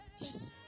Yes